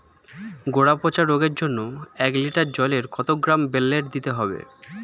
গোড়া পচা রোগের জন্য এক লিটার জলে কত গ্রাম বেল্লের দিতে হবে?